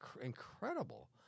incredible